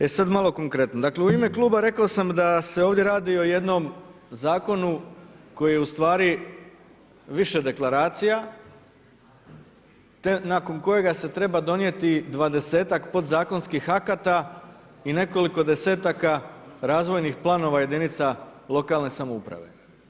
E sada malo konkretno, dakle, u ime kluba, rekao sam da se ovdje radi o jednom zakonu koji je ustvari više deklaracija, te nakon kojega se treba donijeti 20-tak podzakonskih akata i nekoliko 10-taka razvojnih planova jedinica lokalne samouprave.